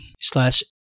slash